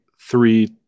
three